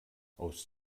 aus